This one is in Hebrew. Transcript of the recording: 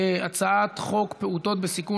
ההצעה להעביר את הצעת חוק פעוטות בסיכון